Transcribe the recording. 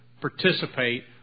participate